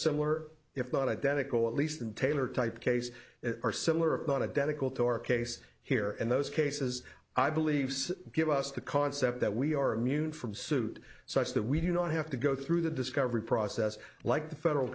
similar if not identical at least in taylor type case or similar of not identical to our case here in those cases i believe so give us the concept that we are immune from suit such that we don't have to go through the discovery process like the federal